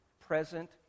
present